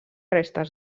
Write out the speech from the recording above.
restes